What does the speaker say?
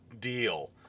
deal